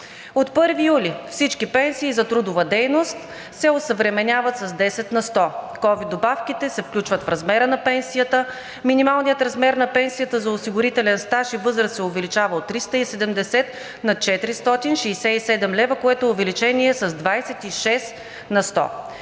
От 1 юли всички пенсии за трудова дейност се осъвременяват с 10 на сто, ковид добавките се включват в размера на пенсията, минималният размер на пенсията за осигурителен стаж и възраст се увеличава от 370 на 467 лв., което увеличение е с 26 на сто.